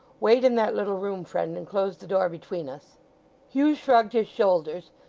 wait in that little room, friend, and close the door between us hugh shrugged his shoulders,